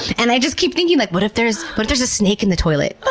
and i just keep thinking like, what if there's but there's a snake in the toilet?